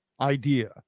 idea